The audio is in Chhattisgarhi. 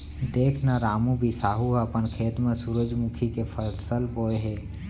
देख न रामू, बिसाहू ह अपन खेत म सुरूजमुखी के फसल बोय हे